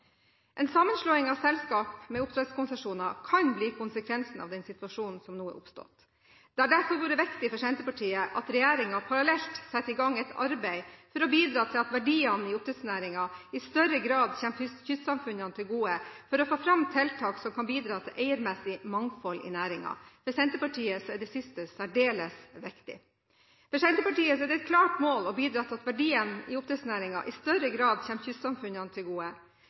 En sammenslåing av selskap med oppdrettskonsesjoner kan bli konsekvensen av den situasjonen som nå er oppstått. Det har derfor vært viktig for Senterpartiet at regjeringen parallelt setter i gang et arbeid for å bidra til at verdiene i oppdrettsnæringen i større grad kommer kystsamfunnene til gode, og for å få fram tiltak som kan bidra til eiermessig mangfold i næringen. For Senterpartiet er det siste særdeles viktig. For Senterpartiet er det et klart mål å bidra til at verdiene i oppdrettsnæringen i større grad kommer kystsamfunnene til gode